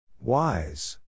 Wise